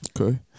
Okay